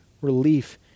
relief